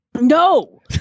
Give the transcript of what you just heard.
No